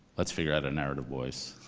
let's figure out a narrative voice.